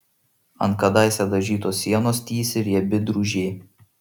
ant kadaise dažytos sienos tįsi riebi drūžė